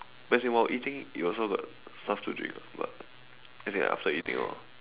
as in while eating you also got stuff to drink [what] but as in after eating orh